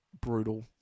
brutal